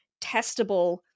testable